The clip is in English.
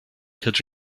could